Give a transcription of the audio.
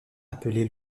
appelé